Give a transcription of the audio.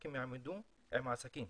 שהבנקים יעבדו עם העסקים,